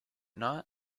not